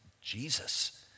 Jesus